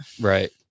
Right